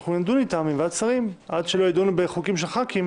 אנחנו נדון עם ועדת שרים שעד שלא ידונו בחוקים של חברי כנסת,